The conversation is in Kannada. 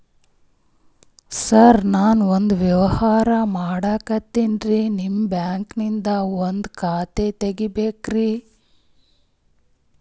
ಸರ ನಾನು ಒಂದು ವ್ಯವಹಾರ ಮಾಡಕತಿನ್ರಿ, ನಿಮ್ ಬ್ಯಾಂಕನಗ ಒಂದು ಖಾತ ತೆರಿಬೇಕ್ರಿ?